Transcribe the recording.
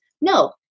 No